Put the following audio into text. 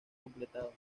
completado